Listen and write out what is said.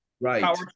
Right